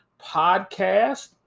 podcast